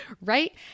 right